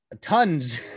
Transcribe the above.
tons